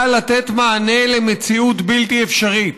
באה לתת מענה למציאות בלתי אפשרית